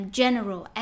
general